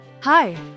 Hi